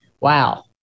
wow